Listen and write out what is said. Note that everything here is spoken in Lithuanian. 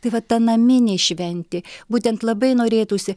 tai va ta naminė šventė būtent labai norėtųsi